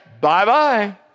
Bye-bye